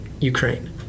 Ukraine